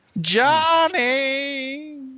Johnny